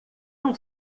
não